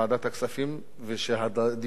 ושהדיון הזה יתקיים בהקדם,